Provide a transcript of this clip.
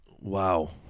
Wow